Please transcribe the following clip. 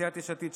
סיעת יש עתיד,